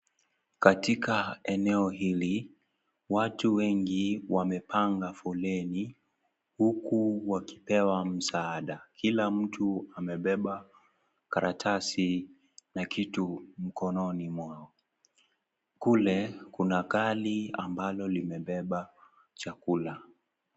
Katika eneo hili. Watu wengi wamepanga foleni huku wakipewa msaada. Kila mtu amebeba karatasi na kitu mkononi mwao. Kule kuna gari ambalo limebeba chakula.